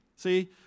See